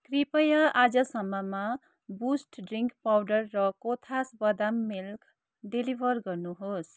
कृपया आजसम्ममा Boost drink powder र कोथास बदाम मिल्क डेलिभर गर्नुहोस्